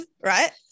right